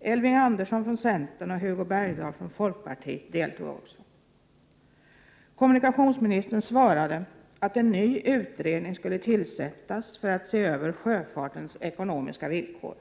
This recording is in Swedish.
Elving Andersson, centern, och Hugo Bergdahl, folkpartiet, deltog också. Kommunikationsministern svarade att en ny utredning skulle tillsättas för att se över sjöfartens ekonomiska villkor.